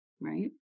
right